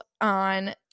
on